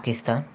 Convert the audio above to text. Pakistan